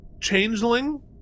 changeling